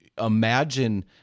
Imagine